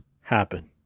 happen